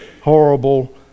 horrible